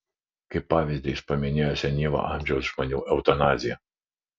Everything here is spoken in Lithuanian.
kaip pavyzdį jis paminėjo senyvo amžiaus žmonių eutanaziją